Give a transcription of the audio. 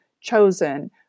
chosen